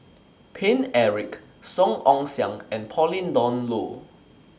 Paine Eric Song Ong Siang and Pauline Dawn Loh